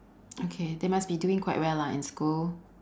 okay they must be doing quite well lah in school